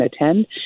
attend